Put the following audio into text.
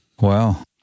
Wow